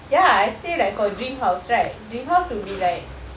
ya I say like for dream house right dream house would be like